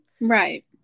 Right